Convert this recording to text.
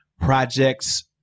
projects